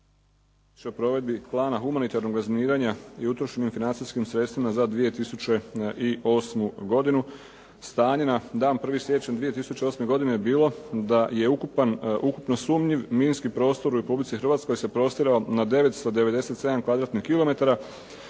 o provedbi plana humanitarnog razminiranja i utrošenim financijskim sredstvima za 2008. godinu. Stanje na dan 1. siječnja 2008. godine je bilo da je ukupno sumnjiv minski prostor u Republici Hrvatskoj se prostirao na 997 km2, na području